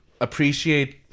appreciate